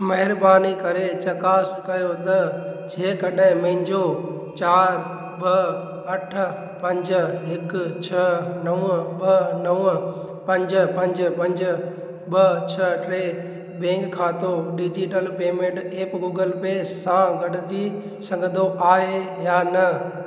महिरबानी करे चकास कयो त जंहिंकॾहिं मुंहिंजो चारि ॿ अठ पंज हिकु छह नव ॿ नव पंज पंज पंज ॿ छह टे बैंक खातो digital payment app Google Pay सां गॾिजी सघंदो आहे या न